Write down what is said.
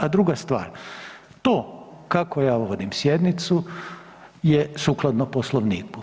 A druga stvar kako ja vodim sjednicu je sukladno Poslovniku.